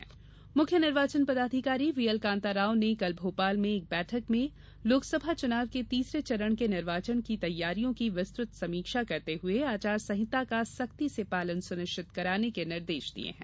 चुनाव समीक्षा मुख्य निर्वाचन पदाधिकारी व्हीएल कान्ता राव ने कल भोपाल में एक बैठक में लोकसभा चुनाव के तीसरे चरण के निर्वाचन की तैयारियों की विस्तृत समीक्षा करते हुए आचार संहिता का सख्ती से पालन सुनिश्चित कराने के निर्देश दिए हैं